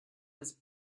was